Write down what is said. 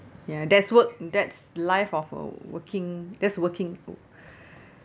ya that's work that's life of a working that's working wo~